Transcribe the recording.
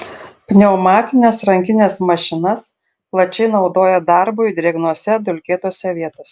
pneumatines rankines mašinas plačiai naudoja darbui drėgnose dulkėtose vietose